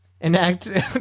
Enact